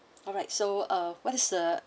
alright so uh what is the